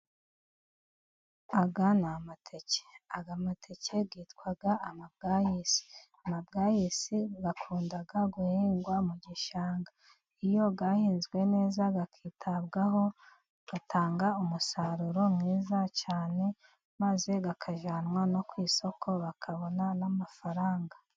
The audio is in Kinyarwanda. Aya ni amateke, aya mateke yitwa amabyayisi, amabyayisi akunda guhingwa mu gishanga, iyo yahinzwe neza akitabwaho atanga umusaruro mwiza cyane, maze akajyanwa no ku isoko bakabona n'amafaranga.